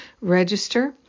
register